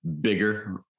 bigger